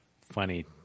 funny